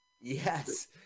Yes